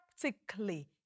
practically